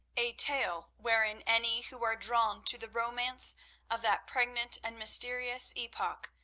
a tale wherein any who are drawn to the romance of that pregnant and mysterious epoch,